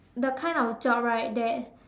the kind of job right that